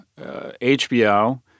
HBO